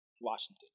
Washington